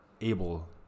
able